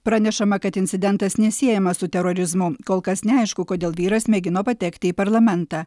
pranešama kad incidentas nesiejamas su terorizmu kol kas neaišku kodėl vyras mėgino patekti į parlamentą